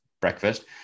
breakfast